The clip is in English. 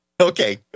Okay